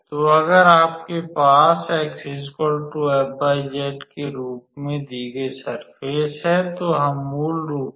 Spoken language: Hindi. तो अगर हमारे पास 𝑥 𝑓𝑦𝑧 के रूप में दी गई सर्फ़ेस है तो हम मूल रूप से